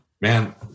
man